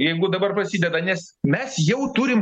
jeigu dabar prasideda nes mes jau turim